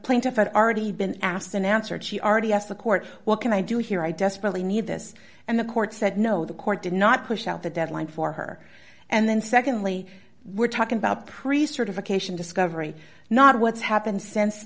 plaintiff had already been asked and answered she already asked the court what can i do here i desperately need this and the court said no the court did not push out the deadline for her and then secondly we're talking about priest certification discovery not what's happened since